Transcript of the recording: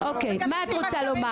מה את רוצה לומר?